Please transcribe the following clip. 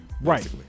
Right